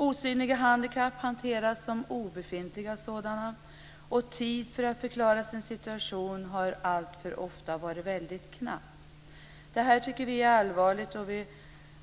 Osynliga handikapp hanteras som obefintliga sådana. Tiden för att förklara sin situation har alltför ofta varit väldigt knapp. Vi tycker att detta är allvarligt. Vi